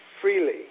freely